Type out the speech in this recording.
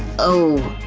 oh. ah,